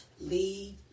leave